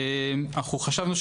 חשבנו,